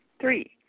Three